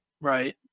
Right